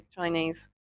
Chinese